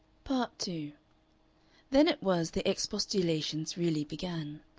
part two then it was the expostulations really began.